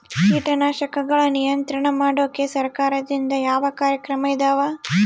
ಕೇಟನಾಶಕಗಳ ನಿಯಂತ್ರಣ ಮಾಡೋಕೆ ಸರಕಾರದಿಂದ ಯಾವ ಕಾರ್ಯಕ್ರಮ ಇದಾವ?